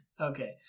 Okay